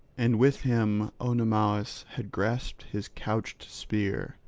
and with him oenomaus had grasped his couched spear,